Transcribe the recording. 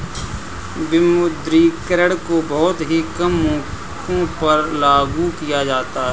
विमुद्रीकरण को बहुत ही कम मौकों पर लागू किया जाता है